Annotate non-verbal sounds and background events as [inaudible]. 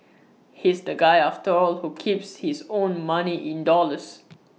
he's the guy after all who keeps his own money in dollars [noise]